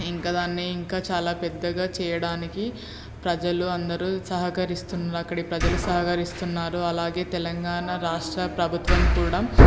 ఇంక దాన్ని ఇంకా చాలా పెద్దగా చెయ్యడానికి ప్రజలు అందరూ సహకరిస్తున్నారు అక్కడి ప్రజలు సహకరిస్తున్నారు అలాగే తెలంగాణ రాష్ట్ర ప్రభుత్వం కూడా